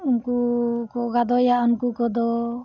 ᱩᱱᱠᱩ ᱠᱚ ᱜᱟᱫᱚᱭᱟ ᱩᱱᱠᱩ ᱠᱚᱫᱚ